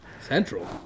Central